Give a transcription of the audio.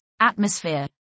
atmosphere